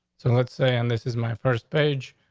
so let's say and this is my first page,